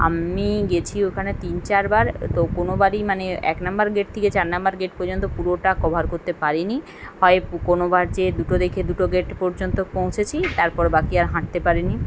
আমি গেছি ওখানে তিন চারবার তো কোনোবারই মানে এক নম্বর গেট থিকে চার নম্বর গেট পযন্ত পুরোটা কভার করতে পারি নি হয় কোনোবার যেয়ে দুটো দেখে দুটো গেট পর্যন্ত পৌঁছেছি তারপর বাকি আর হাঁটতে পারি নি